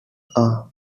are